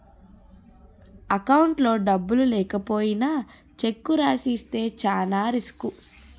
అకౌంట్లో డబ్బులు లేకపోయినా చెక్కు రాసి ఇస్తే చానా రిసుకు